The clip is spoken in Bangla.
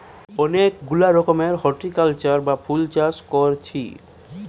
অনেক গুলা রকমের হরটিকালচার বা ফুল চাষ কোরছি